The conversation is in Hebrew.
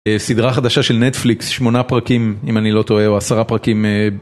סדרה חדשה של נטפליקס, שמונה פרקים אם אני לא טועה, או עשרה פרקים.